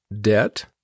debt